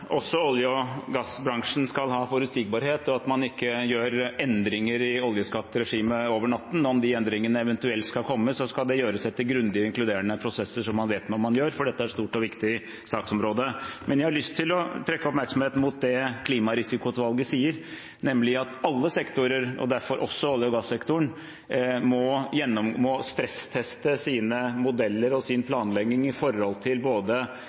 også olje- og gassbransjen skal ha forutsigbarhet, og at man ikke gjør endringer i oljeskattregimet over natten. Om de endringene eventuelt skal komme, skal det gjøres etter grundige og inkluderende prosesser, så man vet hva man gjør, for dette er et stort og viktig saksområde. Men jeg har lyst til å trekke oppmerksomheten mot det Klimarisikoutvalget sier, nemlig at alle sektorer, og derfor også olje- og gassektoren, må stressteste sine modeller og sin planlegging med hensyn til både